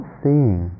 seeing